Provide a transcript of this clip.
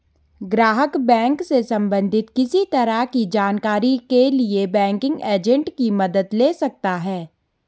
ग्राहक बैंक से सबंधित किसी तरह की जानकारी के लिए बैंकिंग एजेंट की मदद ले सकता है